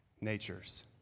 natures